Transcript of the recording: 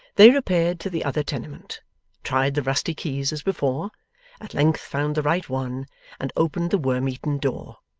they repaired to the other tenement tried the rusty keys as before at length found the right one and opened the worm-eaten door.